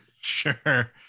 sure